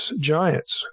giants